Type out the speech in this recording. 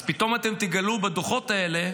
אז פתאום אתם תגלו בדוחות האלה